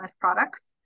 products